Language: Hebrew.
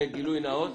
גילוי נאות,